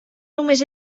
només